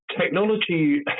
technology